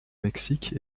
mexique